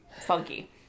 funky